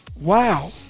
wow